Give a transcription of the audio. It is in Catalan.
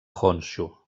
honshu